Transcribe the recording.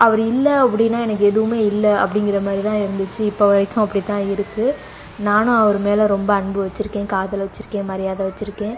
அவர் இல்லை அப்படின்னா எனக்கு எதுவுமே இல்லை அப்படிங்குற மாதிரி தான் இருந்துச்சு இப்போ வரைக்கும் அப்படிதான் இருக்குது நானும் அவர் மேல் ரொம்ப அன்பு வச்சுருக்கேன் காதல் வச்சுருக்கேன் மரியாதை வச்சுருக்கேன்